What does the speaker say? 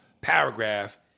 paragraph